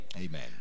Amen